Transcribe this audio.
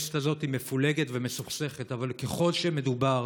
הכנסת הזאת מפולגת ומסוכסכת אבל ככל שמדובר